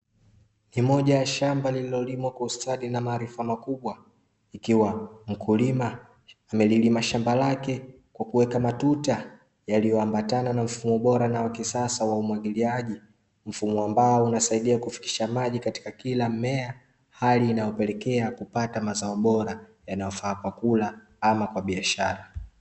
Ni moja ya shamba lililolimwa kwa ustadi na maarifa makubwa, ikiwa mkulima amelilima shamba lake kwa kuweka matuta yaliyoambatana na mfumo bora na wa kisasa wa umwagiliaji, mfumo ambao unasaidia kufikisha maji katika kila mmea, hali inayopelekea kupata mazao bora yanayofaa kwa kula ama kwa biashara.